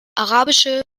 arabische